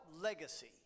legacy